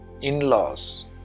in-laws